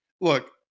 look